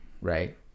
Right